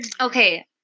Okay